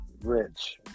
Rich